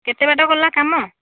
କେତେ ବାଟ ଗଲା କାମ